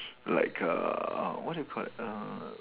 like uh what do you call that err